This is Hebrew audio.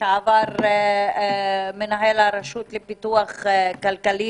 לשעבר מנהל הרשות לפיתוח כלכלי,